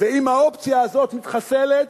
ואם האופציה הזאת מתחסלת,